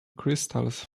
crystals